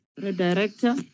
Director